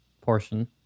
portion